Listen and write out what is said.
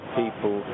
people